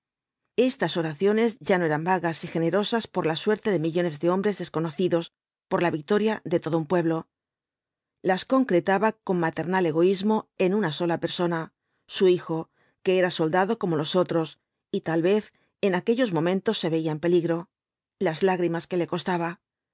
estas oraciones ya no eran vagas y generosas por la suerte de millones de hombres desconocidos por la victoria de todo un pueblo las concretaba con maternal egoísmo en una sola persona su hijo que era soldado como los otros y tal vez en aquellos momentos se veía en peligro las lágrimas que le costaba